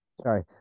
Sorry